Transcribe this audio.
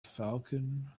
falcon